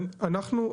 אנחנו,